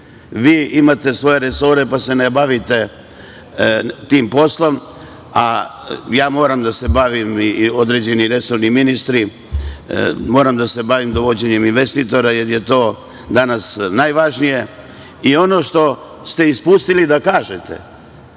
Vi imate svoje resore, pa se ne bavite tim poslom, a ja moram da se bavim i određeni resorni ministri, moram da se bavim dovođenjem investitora jer je to danas najvažnije. Ono što ste ispustili da kažete